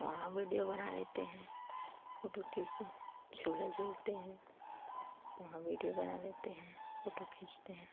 वहाँ विडियो बना लेते हैं फोटो खींचते हैं झूला झूलते हैं वहाँ वीडियो बना लेते हैं फोटो खींचते हैं